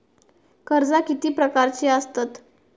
कर्जा किती प्रकारची आसतत